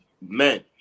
Men